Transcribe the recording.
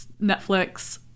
Netflix